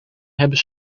hebben